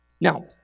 Now